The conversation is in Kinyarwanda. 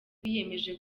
biyemeje